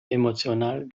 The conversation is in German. emotional